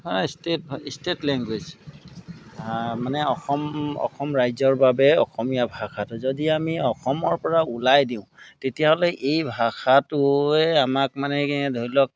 state হ state language মানে অসম অসম ৰাজ্যৰ বাবে অসমীয়া ভাষাটো যদি আমি অসমৰ পৰা ওলাই দিওঁ তেতিয়াহ'লে এই ভাষাটোৱে আমাক মানে ধৰি লওক